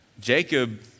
Jacob